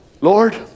Lord